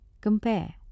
compare